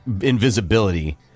invisibility